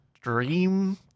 dream